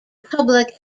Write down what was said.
public